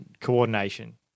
coordination